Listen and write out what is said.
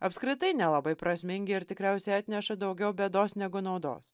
apskritai nelabai prasmingi ir tikriausiai atneša daugiau bėdos negu naudos